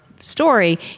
story